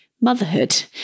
motherhood